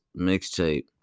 mixtape